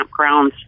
campgrounds